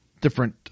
different